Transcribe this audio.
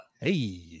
hey